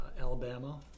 Alabama